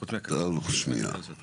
שנייה.